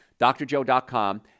drjoe.com